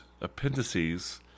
appendices